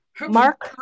Mark